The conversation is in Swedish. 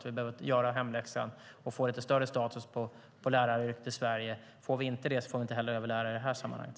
Vi behöver göra hemläxan och få lite större status på läraryrket i Sverige. Får vi inte det får vi inte heller över lärare i det här sammanhanget.